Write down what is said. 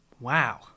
Wow